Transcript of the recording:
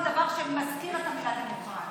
שאילתה של חבר הכנסת אורי מקלב,